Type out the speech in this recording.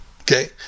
okay